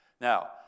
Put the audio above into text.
Now